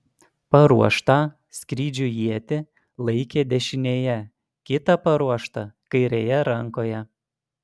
paruoštą skrydžiui ietį laikė dešinėje kitą paruoštą kairėje rankoje